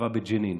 הצבא בג'נין.